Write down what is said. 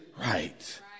right